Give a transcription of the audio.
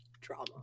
Drama